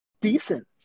decent